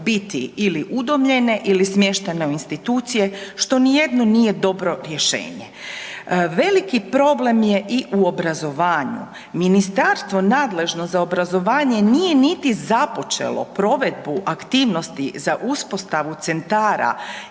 biti ili udomljene ili smještene u institucije što nijedno nije dobro rješenje. Veliki problem je i u obrazovanju. Ministarstvo nadležno za obrazovanje nije niti započelo provedbu aktivnosti za uspostavu centara